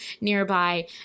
nearby